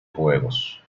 juegos